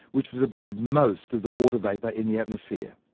which was above most of the water vapour in the atmosphere.